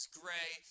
gray